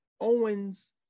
Owens